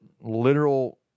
literal